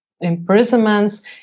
imprisonments